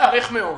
מתארך מאוד.